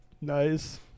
Nice